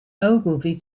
ogilvy